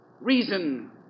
reason